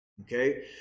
okay